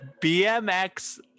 BMX